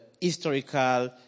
historical